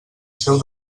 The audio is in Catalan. seu